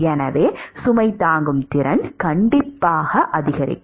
எனவே சுமை தாங்கும் திறன் கண்டிப்பாக அதிகரிக்கும்